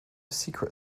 secret